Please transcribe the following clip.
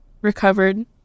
recovered